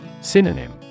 Synonym